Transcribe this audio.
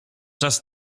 czas